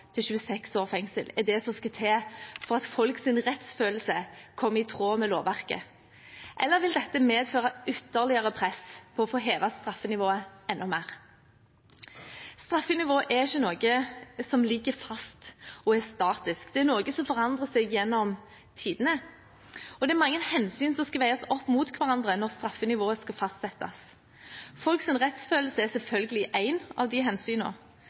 til 26 år er det som skal til for at folks rettsfølelse blir i tråd med lovverket? Eller vil dette medføre ytterligere press for å få hevet straffenivået enda mer? Straffenivået er ikke noe som ligger fast og er statisk. Det er noe som forandrer seg gjennom tidene, og det er mange hensyn som skal veies opp mot hverandre når straffenivået skal fastsettes. Folks rettsfølelse er selvfølgelig et av